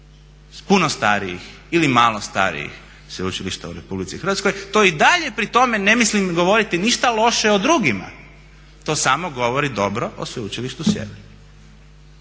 puno starijih ili malo starijih sveučilišta u Republici Hrvatskoj. To i dalje pri tome ne mislim govoriti ništa loše o drugima, to samo govori dobro o Sveučilištu Sjever.